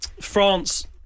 France